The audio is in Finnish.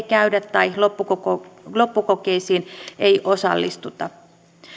käydä tai loppukokeisiin loppukokeisiin ei osallistuta